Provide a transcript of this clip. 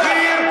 שב.